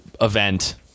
event